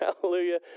Hallelujah